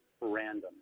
random